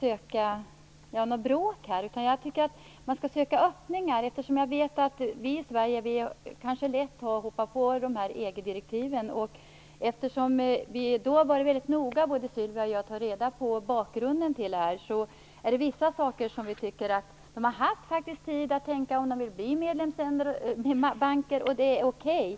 söka konflikt i den här frågan utan tycker att man skall söka öppningar. Vi i Sverige har lätt gått på EG-direktiven. Både Sylvia Lindgren och jag har varit väldigt noga med att ta reda på bakgrunden, och i vissa fall har man faktiskt haft tid att tänka över om man vill bli medlemsbank. Det är okej.